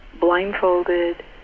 blindfolded